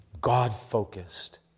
God-focused